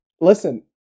Listen